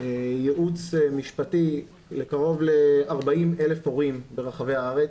ייעוץ משפטי לקרוב ל-40,000 הורים ברחבי הארץ.